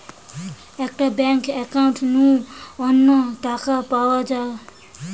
একটা bank account নু অন্য টায় টাকা পাঠানো